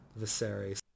Viserys